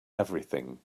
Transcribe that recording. everything